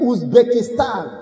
Uzbekistan